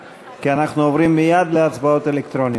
כי אנחנו עוברים מייד להצבעות אלקטרוניות.